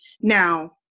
Now